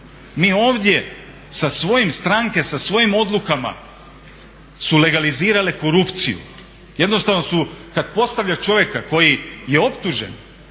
mi ovdje sa svojim, stranke sa svojim odlukama su legalizirale korupciju. Jednostavno, kad postave čovjeka koji je optužen